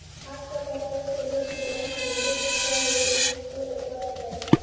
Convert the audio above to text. आजकल हर कोई सोने की बढ़ती कीमतों पर निवेश को तत्पर है